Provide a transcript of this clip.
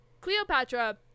cleopatra